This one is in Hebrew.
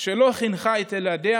שלא חינכה את ילדיה